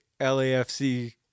LAFC